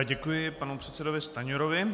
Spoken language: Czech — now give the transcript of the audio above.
Děkuji panu předsedovi Stanjurovi.